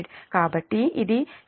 కాబట్టి ఇది 54